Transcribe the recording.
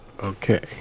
Okay